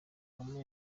kagame